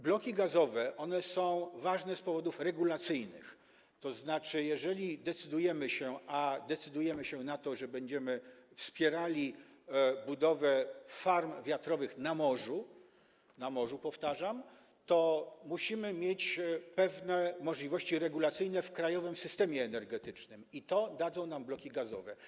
Bloki gazowe są ważne z powodów regulacyjnych, tzn. jeżeli decydujemy się na to, a decydujemy się, że będziemy wspierali budowę farm wiatrowych na morzu, to musimy mieć pewne możliwości regulacyjne w krajowym systemie energetycznym, a to dadzą nam bloki gazowe.